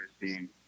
team